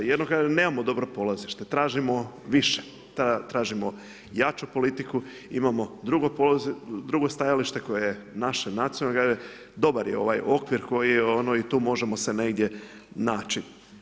Jedno kaže nemamo dobro polazište, tražimo više, tražimo jaču politiku, imamo drugo stajalište koje je naše nacionalno, dobar je ovaj okvir koji je, ono, i tu možemo se negdje naći.